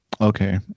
Okay